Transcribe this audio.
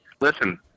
listen